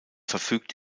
verfügt